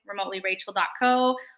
remotelyrachel.co